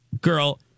girl